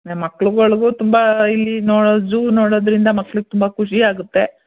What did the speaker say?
ಮಕ್ಳಗಳಿಗೂ ತುಂಬ ಇಲ್ಲಿ ನೋಡೋದು ಜೂ ನೋಡೋದರಿಂದ ಮಕ್ಳಿಗೆ ತುಂಬ ಖುಷಿ ಆಗುತ್ತೆ